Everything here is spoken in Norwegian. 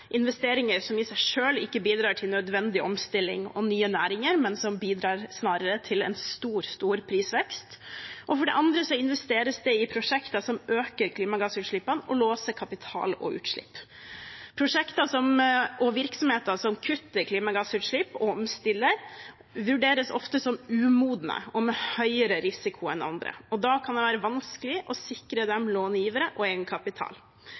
investeringer som i seg selv ikke bidrar til nødvendig omstilling og nye næringer, men som snarere bidrar til stor prisvekst. For det andre investeres det i prosjekter som øker klimagassutslippene og låser kapital og utslipp. Prosjekter og virksomheter som kutter klimagassutslipp og omstiller, vurderes ofte som umodne og med høyere risiko enn andre. Da kan det være vanskelig å sikre dem långivere og egenkapital.